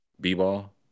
B-Ball